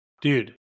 Dude